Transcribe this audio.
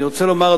אני רוצה לומר,